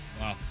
Wow